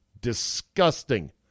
Disgusting